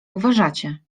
uważacie